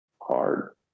Hard